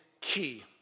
key